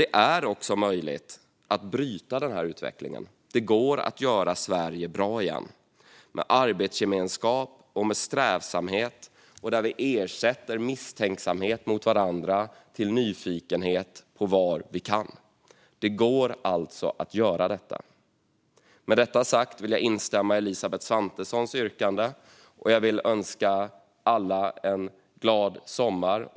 Det är dock möjligt att bryta den här utvecklingen. Det går att göra Sverige bra igen, med arbetsgemenskap och strävsamhet och genom att ersätta misstänksamhet mot varandra med nyfikenhet på vad vi kan. Det går att göra detta. Med det sagt vill jag instämma i Elisabeth Svantessons yrkande. Jag vill också önska alla en glad sommar.